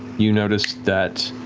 you notice that